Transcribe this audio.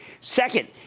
Second